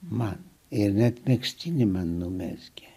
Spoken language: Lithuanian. man ir net megztinį man numeski